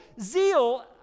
zeal